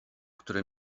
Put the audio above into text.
które